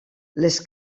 les